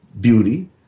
beauty